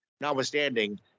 notwithstanding